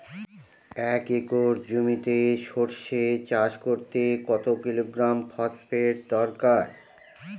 এক একর জমিতে সরষে চাষ করতে কত কিলোগ্রাম ফসফেট দরকার?